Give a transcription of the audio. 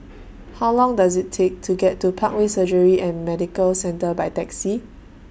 How Long Does IT Take to get to Parkway Surgery and Medical Centre By Taxi